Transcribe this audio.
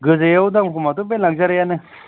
गोजायाव दाम खमाथ' बे लाखजारिआनो